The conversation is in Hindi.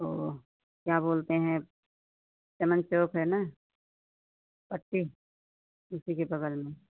वह क्या बोलते हैं चमन चौक है ना पट्टी उसी के बग़ल में